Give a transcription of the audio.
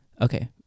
Okay